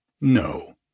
No